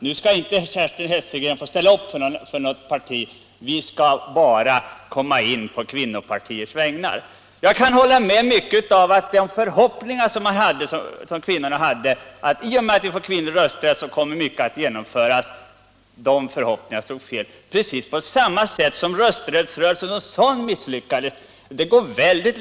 Nu skall inte Kerstin Hesselgren få ställa upp för något parti. Vi kvinnor skall bara komma in på kvinnopartiers vägnar. Jag kan hålla med om att många av de förhoppningar slog fel som Allmänpolitisk debatt Allmänpolitisk debatt kvinnor hade på att mycket skulle genomföras bara kvinnorna fick rösträtt. Det kan jämföras med att rösträttsrörelsen som sådan i flera avseenden var för optimistisk.